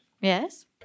Yes